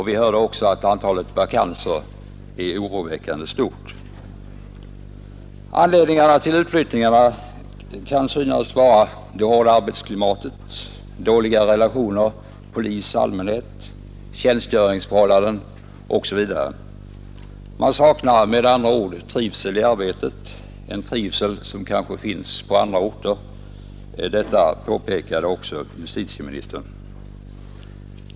Vi hörde också att antalet vakanser är oroväckande stort. Anledningarna till utflyttningarna kan synas vara det hårda arbetsklimatet, dåliga relationer polis—allmänhet, tjänstgöringsförhållanden osv. Man saknar med andra ord trivsel i arbetet, en trivsel som kanske finns på andra orter; detta påpekade också justitieministern.